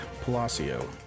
Palacio